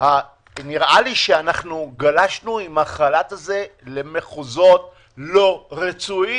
נראה לי שגלשנו עם החל"ת הזה למחוזות לא רצויים.